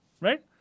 right